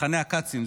מחנה הכצים,